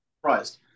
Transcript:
surprised